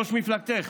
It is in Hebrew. ראש מפלגתך,